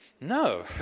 No